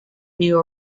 new